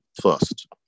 first